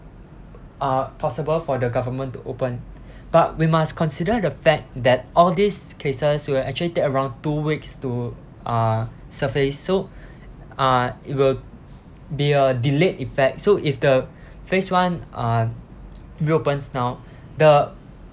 uh possible for the government to open but we must consider the fact that all these cases will actually take around two weeks to uh surface so uh it will be a delayed effect so if the phase one uh reopens now the